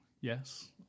yes